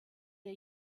der